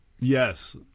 Yes